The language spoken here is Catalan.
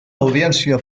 audiència